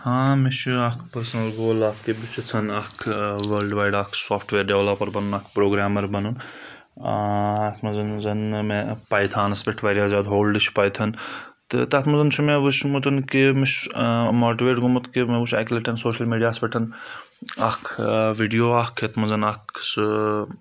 ہاں مےٚ چھُ اکھ پٔرسنل گول اکھ کہِ بہٕ چھُس یَژھان اکھ وٲلڈ وایڈ اکھ سافٹویر ڈیولَپَر بنُن اکھ پروگرامَر بنُن اَتھ منٛز زَن مےٚ پیتھانَس پیٚٹھ واریاہ زیادٕ ہولڈٕ چھُ پایتھان تہٕ تَتھ منٛز چھُ مےٚ وُچھمُت کہِ مےٚ چھُ ماٹِویٹ گوٚمُت کہِ مےٚ وُچھ اَکہِ لَٹیٚن سوشَل میٖڈیاہَس پیٚٹھ اَکھ ویٖڈیو اکھ یَتھ منٛز اکھ سُہ